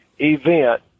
event